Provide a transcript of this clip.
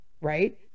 right